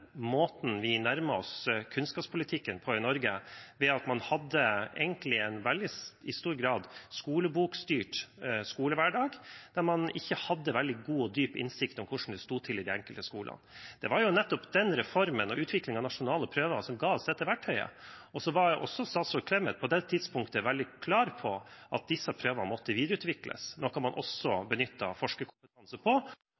måten vi nærmet oss kunnskapspolitikken på i Norge. Man hadde egentlig i stor grad en veldig skolebokstyrt skolehverdag, der man ikke hadde veldig god og dyp innsikt i hvordan det sto til i de enkelte skolene. Det var nettopp den reformen og utviklingen av nasjonale prøver som ga oss dette verktøyet. Daværende statsråd Clemet var på det tidspunktet veldig klar på at disse prøvene måtte videreutvikles, noe man også benyttet forskerkompetanse på.